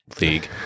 league